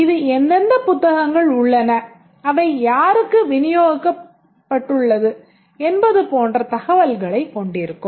இது எந்தெந்த புத்தகங்கள் உள்ளன அவை யாருக்கு விநியோகிக்கப் பட்டுள்ளது என்பது போன்ற தகவல்களைக் கொண்டிருக்கும்